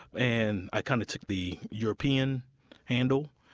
and i kind of took the european handle.